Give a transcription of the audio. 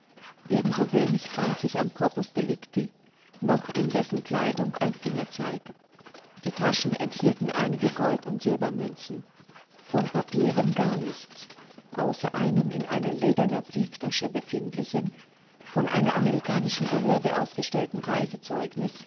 so wenig fand sich am corpus delicti noch in dessen kleidung ein fingerzeig die taschen enthielten einige gold und silber münzen von papieren gar nichts außer einem in lederner brieftasche befindlichen von einer amerikanischen behörde ausgestellten